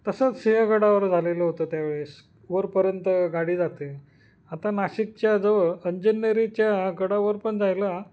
तसंच सिंहगडावर झालेलं होतं त्यावेळेस वरपर्यंत गाडी जाते आता नाशिकच्या जवळ अंजनेरीच्या गडावर पण जायला